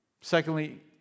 Secondly